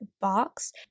box